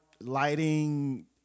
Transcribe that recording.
lighting